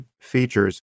features